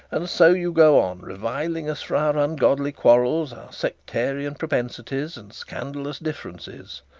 and so you go on reviling us for our ungodly quarrels, our sectarian propensities, and scandalous differences.